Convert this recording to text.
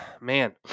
man